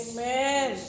Amen